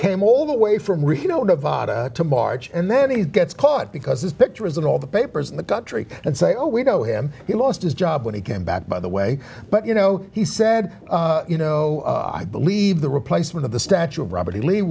came all the way from reno nevada to march and then he gets caught because his picture is in all the papers in the country and say oh we know him he lost his job when he came back by the way but you know he said you know i believe the replacement of the statue of robert e le